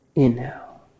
Inhale